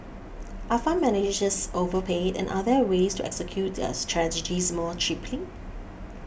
are fund managers overpaid and are there ways to execute their strategies more cheaply